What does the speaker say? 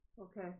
Okay